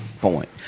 point